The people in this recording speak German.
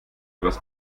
etwas